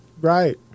Right